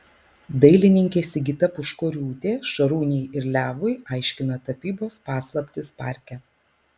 dailininkė sigita puškoriūtė šarūnei ir levui aiškina tapybos paslaptis parke